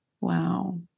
Wow